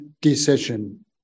decision